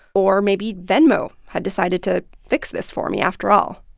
or maybe venmo had decided to fix this for me after all.